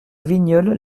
vigneulles